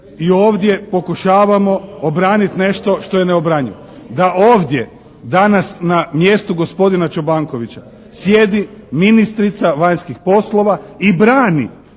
i ovdje pokušavamo obraniti nešto što je neobranjivo. Da ovdje danas na mjestu gospodina Čobankovića sjedi ministrica vanjskih poslova i brani